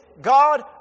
God